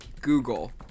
Google